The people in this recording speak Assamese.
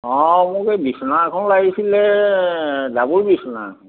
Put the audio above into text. অঁ মোক এই বিছনা এখন লাগিছিলে ডাবুল বিছনা এখন